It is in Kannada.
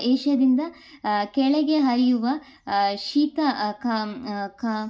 ಏಷ್ಯಾದಿಂದ ಕೆಳಗೆ ಹರಿಯುವ ಶೀತ ಕಾಮ್ ಕಾ